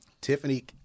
Tiffany